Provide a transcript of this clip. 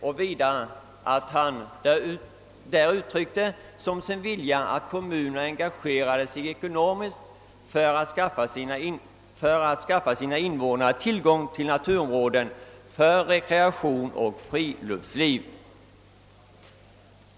Han yttrade vidare att det var motiverat att kommunerna engagerade sig ekonomiskt för att skaffa sina invånare tillgång till naturområden för rekreation och = friluftsliv.